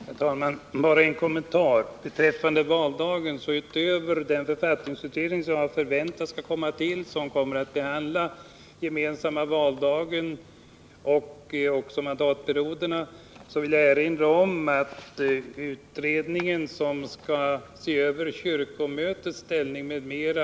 Herr talman! Bara en kommentar om valdagen. Utöver den författningsutredning som jag förväntar mig skall komma och som kommer att behandla den gemensamma valdagen och mandatperioden vill jag erinra om den utredning som skall se över kyrkomötets ställning m.m.